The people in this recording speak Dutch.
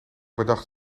bedacht